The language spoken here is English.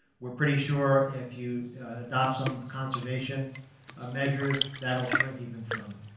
we are pretty sure if you adopt some conservation ah measures, that will shrink even further.